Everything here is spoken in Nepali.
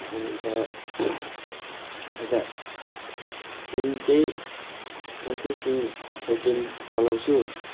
अन्त यता सिम चाहिँ म चाहिँ सिम एयरटेल चलाउँछु